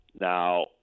Now